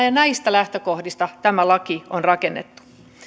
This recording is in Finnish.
ja näistä lähtökohdista tämä laki on rakennettu